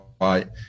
right